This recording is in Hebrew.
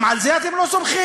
גם על זה אתם לא סומכים?